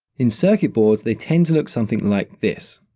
in circuit boards, they tend to look something like this,